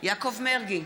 יעקב מרגי,